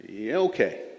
okay